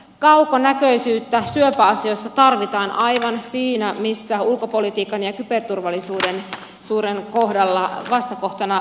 kaukonäköisyyttä syöpäasioissa tarvitaan aivan siinä missä ulkopolitiikan ja kyberturvallisuuden kohdalla vastakohtana myös